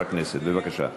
בבקשה.